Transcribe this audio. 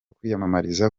kwiyamamariza